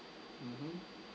mmhmm